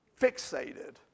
fixated